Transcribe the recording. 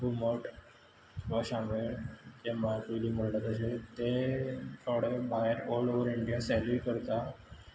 घुमट वा शामेळ जें पयलीं म्हणलां तशें ते थोडें भायर ऑल ओव्हर इंडिया सेलूय करता